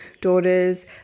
daughters